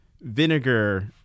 vinegar